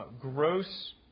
gross